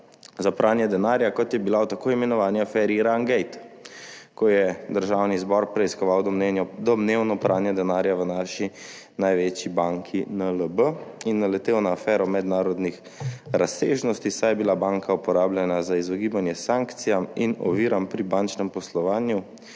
za pranje denarja, kot je bila v tako imenovani aferi Irangate, ko je Državni zbor preiskoval domnevno pranje denarja v naši največji banki, NLB, in naletel na afero mednarodnih razsežnosti, saj je bila banka uporabljena za izogibanje sankcijam in oviram pri bančnem poslovanju,